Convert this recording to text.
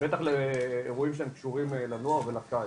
בטח לאירועים שהם קשורים לנוער ולקיץ.